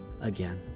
again